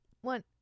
one